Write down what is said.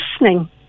listening